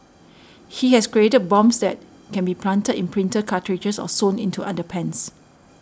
he has created bombs that can be planted in printer cartridges or sewn into underpants